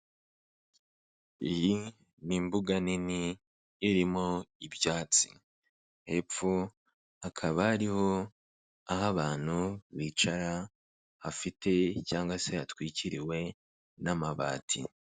Iyi ni imbuga nini irimo ibyatsi, hepfo hakaba hariho aho abantu bicara hafite cyangwa se hatwikiriwe n'amabati.